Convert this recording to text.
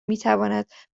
میتواند